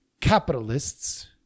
capitalists